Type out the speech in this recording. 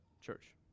church